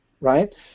right